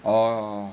orh